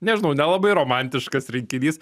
nežinau nelabai romantiškas rinkinys